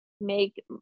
make